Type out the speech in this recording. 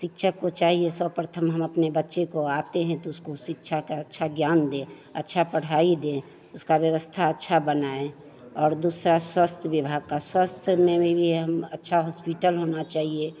शिक्षक को चाहिए सर्वप्रथम हम अपने बच्चे को आते हैं तो उसको शिक्षा का अच्छा ज्ञान दें अच्छी पढ़ाई दें उसकी व्यवस्था अच्छी बनाएँ और दूसरा स्वास्थ्य विभाग का स्वास्थ्य में भी हम अच्छा हॉस्पिटल होना चाहिए